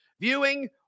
viewing